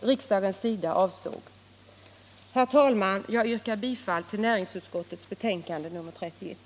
riksdagen avsåg. Herr talman! Jag yrkar bifall till näringsutskottets hemställan i dess betänkande nr 31.